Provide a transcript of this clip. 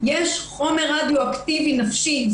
יש חומר רדיואקטיבי נפשי,